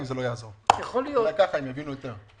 אולי כך הם יבינו יותר.